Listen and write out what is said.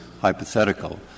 hypothetical